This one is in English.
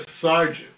sergeant